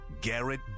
Garrett